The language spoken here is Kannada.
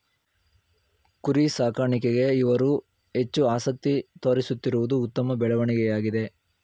ಕುರಿ ಸಾಕಾಣಿಕೆಗೆ ಇವರು ಹೆಚ್ಚು ಆಸಕ್ತಿ ತೋರಿಸುತ್ತಿರುವುದು ಉತ್ತಮ ಬೆಳವಣಿಗೆಯಾಗಿದೆ